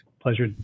Pleasure